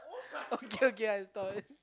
okay okay I stop